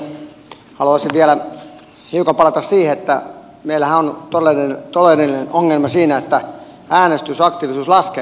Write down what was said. haluaisin vielä hiukan palata siihen että meillähän on todellinen ongelma siinä että äänestysaktiivisuus laskee jatkuvasti